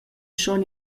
schon